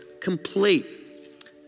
Complete